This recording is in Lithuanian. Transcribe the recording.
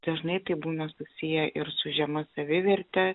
dažnai tai būna susiję ir su žema saviverte